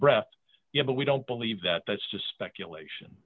breath yeah but we don't believe that that's just speculation